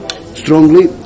strongly